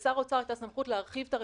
ולשר האוצר הייתה סמכות להרחיב את הרשימה.